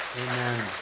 amen